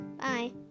Bye